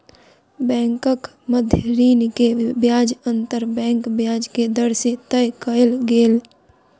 बैंकक मध्य ऋण के ब्याज अंतर बैंक ब्याज के दर से तय कयल गेल